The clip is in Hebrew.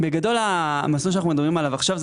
בגדול המסלול שאנחנו מדברים עליו עכשיו זה